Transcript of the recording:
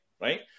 right